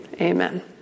amen